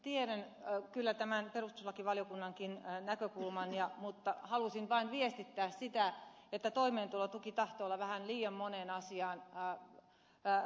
tiedän kyllä tämän perustuslakivaliokunnankin näkökulman mutta halusin vain viestittää sitä että toimeentulotuki tahtoo olla vähän liian moneen asiaan ratkaisu myös terveydenhuollossa